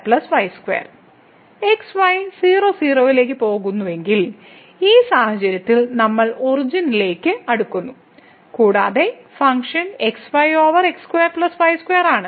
x y 00 ലേക്ക് പോകുന്നുവെങ്കിൽ ഈ സാഹചര്യത്തിൽ നമ്മൾ ഒറിജിനിലേക്ക് അടുക്കുന്നു കൂടാതെ function xy over x2 y2 ആണ്